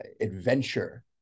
adventure